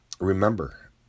remember